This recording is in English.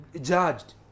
judged